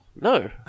No